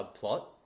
subplot